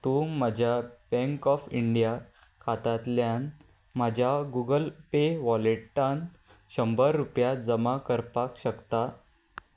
तूं म्हज्या bank of India खात्यांतल्यान म्हज्या गुगल पे वॉलेटान शंबर रुपया जमा करपाक शकता